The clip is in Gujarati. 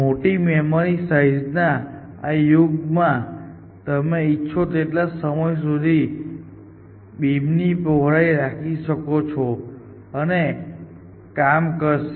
મોટી મેમરી સાઇઝના આ યુગમાં તમે ઇચ્છો તેટલા સમય સુધી બીમની પહોળાઈ રાખી શકો છો અને તે કામ કરશે